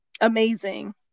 amazing